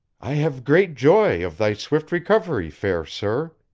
i have great joy of thy swift recovery, fair sir,